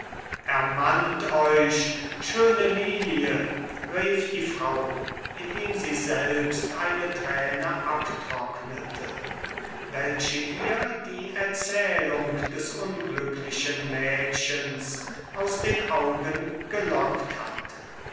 ermannt euch schöne lilie rief die frau indem sie selbst eine träne abtrocknete welche ihr die erzählung des unglücklichen mädchens aus den augen gelockt hatte